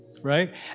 right